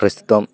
ప్రస్తుతం